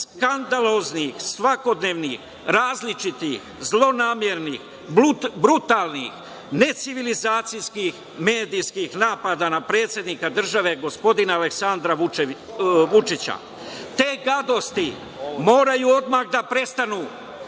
skandaloznih, svakodnevnih, različitih, zlonamernih, brutalnih, necivilizacijskih medijskih napada na predsednika države, gospodina Aleksandra Vučića. Te gadosti moraju odmah da prestanu.